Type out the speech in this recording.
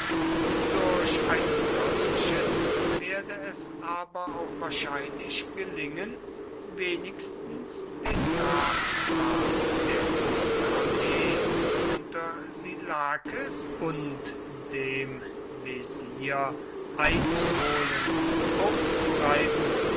durch einen solchen werde es aber auch wahrscheinlich gelingen wenigstens den nachtrab der großen armee unter sillakes und dem wesir einzuholen und aufzureiben